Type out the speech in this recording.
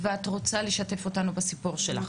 והיא רוצה לשתף אותנו בסיפור שלה,